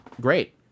great